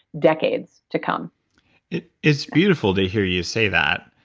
decades to come it's beautiful to hear you say that